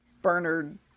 Bernard